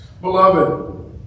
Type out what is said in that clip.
Beloved